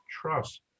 trust